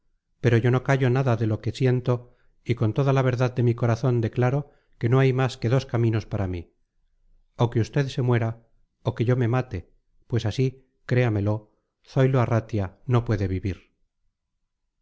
pero yo no callo nada de lo que siento y con toda la verdad de mi corazón declaro que no hay más que dos caminos para mí o que usted se muera o que yo me mate pues así créamelo zoilo arratia no puede vivir